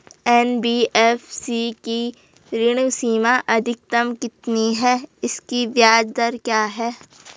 NBFC की ऋण सीमा अधिकतम कितनी है इसकी ब्याज दर क्या है?